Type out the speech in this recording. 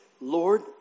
Lord